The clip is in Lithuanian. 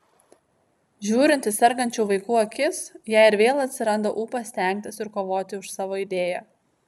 žiūrint į sergančių vaikų akis jai ir vėl atsiranda ūpas stengtis ir kovoti už savo idėją